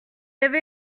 avait